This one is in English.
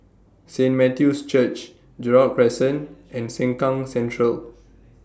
Saint Matthew's Church Gerald Crescent and Sengkang Central